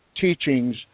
teachings